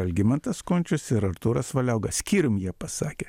algimantas končius ir artūras valiauga skyrium jie pasakė